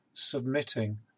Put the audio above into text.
submitting